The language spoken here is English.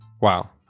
Wow